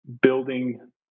building